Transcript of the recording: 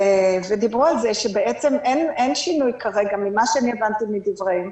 ודיברו על זה שאין שינוי כרגע ממה שאני הבנתי מדבריהם.